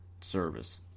service